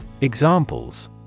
Examples